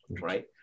right